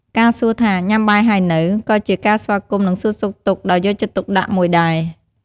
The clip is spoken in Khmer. ការសួរថា “ញ៉ាំបាយហើយនៅ?” ក៏ជាការស្វាគមន៍ និងសួរសុខទុក្ខដោយយកចិត្តទុកដាក់មួយដែរ។